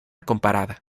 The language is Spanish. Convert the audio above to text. comparada